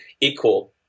equal